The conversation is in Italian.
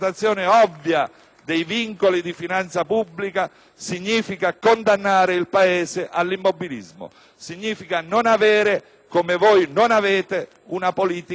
dei vincoli di finanza pubblica significa condannare il Paese all'immobilismo, significa non avere, come voi non avete, una politica anticrisi.